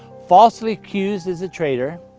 falsely accused as a traitor,